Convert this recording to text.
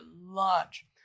lunch